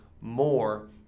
more